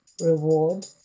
reward